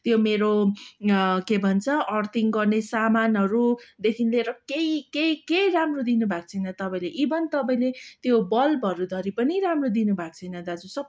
त्यो मेरो के भन्छ अर्थिङ गर्ने सामानहरूदेखि लिएर केही केही केही राम्रो दिनु भएको छैन तपाईँले इभन तपाईँले त्यो बल्बहरू धरी पनि राम्रो दिनु भएको छैन दाजु सबै